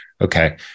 okay